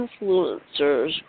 influencers